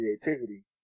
creativity